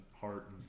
heart